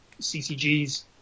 CCGs